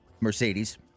mercedes